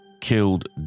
killed